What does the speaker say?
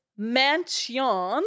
mansion